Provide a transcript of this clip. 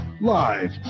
live